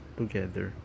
together